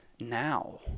now